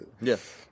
Yes